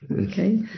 Okay